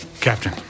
Captain